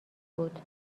بود